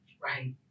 right